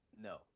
No